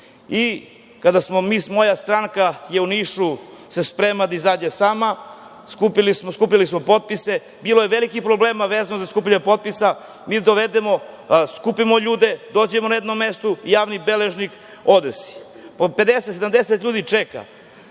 odnosno moja stranka u Nišu se sprema da izađe sama, skupili smo potpise, bilo je velikih problema vezano za skupljanje potpisa. Mi dovedemo, skupimo ljude, dođemo na jedno mesto, javni beležnik …(ne razume se). Po 50, 70 ljudi čeka.